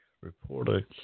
reporter